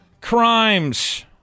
crimes